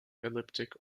elliptic